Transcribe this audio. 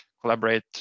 collaborate